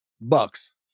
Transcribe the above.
bucks